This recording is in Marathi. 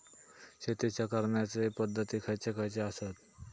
शेतीच्या करण्याचे पध्दती खैचे खैचे आसत?